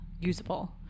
Usable